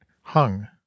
hung